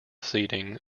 seating